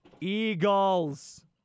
Eagles